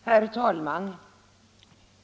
Herr talman!